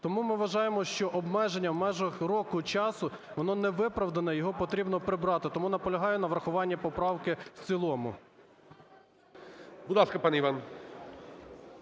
Тому ми вважаємо, що обмеження в межах року часу воно не виправдане, його потрібно прибрати. Тому наполягаю на врахуванні поправки в цілому.